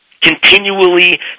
continually